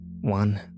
One